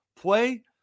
Play